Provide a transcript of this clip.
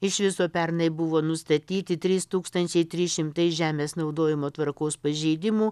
iš viso pernai buvo nustatyti trys tūkstančiai trys šimtai žemės naudojimo tvarkos pažeidimų